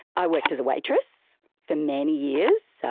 i worked as a waitress for many years, so